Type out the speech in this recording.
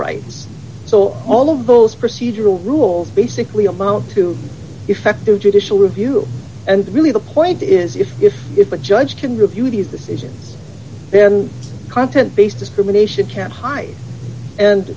rights so all of those procedural rules basically amount to effective judicial review and really the point is if if if a judge can review these decisions then content based discrimination can't hide